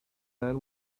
man